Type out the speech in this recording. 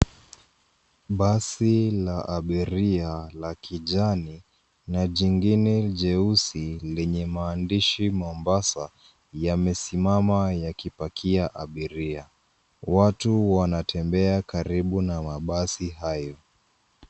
Basi la abiria la kijani na jingine jeusi lenye maandishi Mombasa yamesimama yakipakia abiria. Watu wanatembea karibu na mabasi hayo.